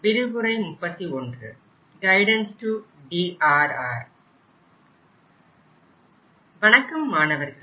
வணக்கம் மாணவர்களே